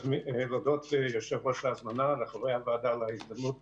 אני רוצה להודות ליושב-ראש על ההזמנה ולחברי הוועדה על ההזדמנות